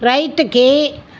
రైటుకి